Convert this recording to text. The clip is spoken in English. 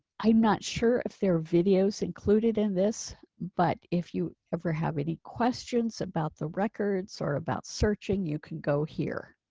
i'm not sure if there are videos included in this, but if you ever have any questions about the records or about searching. you can go here.